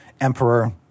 emperor